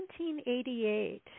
1788